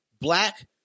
black